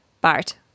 Bart